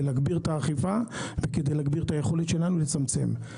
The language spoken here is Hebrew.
להגביר את האכיפה וכדי להגביר את היכולת שלנו לצמצם.